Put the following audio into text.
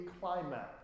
climax